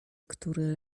który